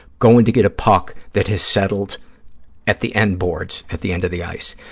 going to get a puck that has settled at the end boards, at the end of the ice,